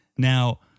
Now